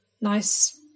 nice